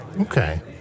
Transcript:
Okay